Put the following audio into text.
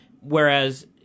Whereas